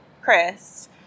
Chris